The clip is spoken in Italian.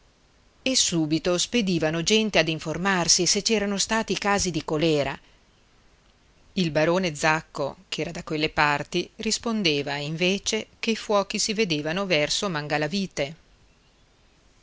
e subito spedivano gente ad informarsi se c'erano stati casi di colèra il barone zacco ch'era da quelle parti rispondeva invece che i fuochi si vedevano verso mangalavite don